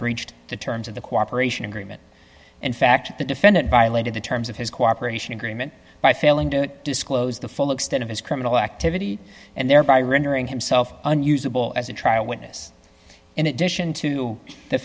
breached the terms of the cooperation agreement in fact the defendant violated the terms of his cooperation agreement by failing to disclose the full extent of his criminal activity and thereby rendering himself unusable as a trial witness in addition to the